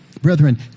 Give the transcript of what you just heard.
Brethren